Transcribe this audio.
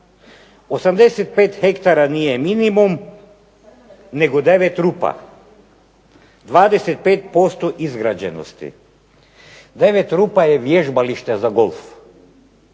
85 ha nije minimum nego 9 rupa, 25% izgrađenosti. 9 rupa je vježbalište za golf.